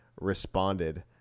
responded